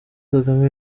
kagame